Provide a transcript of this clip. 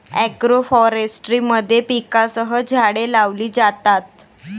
agroforestry मध्ये पिकांसह झाडे लावली जातात